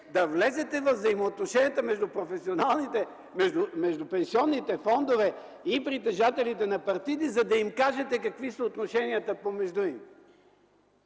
да влезете във взаимоотношенията между пенсионните фондове и притежателите на партиди, за да кажете какви да са отношенията помежду им?!